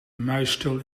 muisstil